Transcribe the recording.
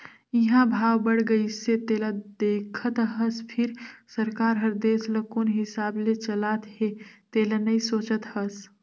इंहा भाव बड़ गइसे तेला देखत हस फिर सरकार हर देश ल कोन हिसाब ले चलात हे तेला नइ सोचत हस